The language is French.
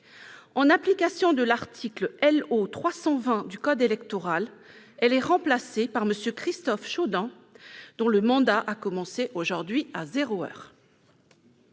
En application de l'article L.O. 320 du code électoral, elle est remplacée par M. Christophe Chaudun, dont le mandat a commencé aujourd'hui à zéro heure.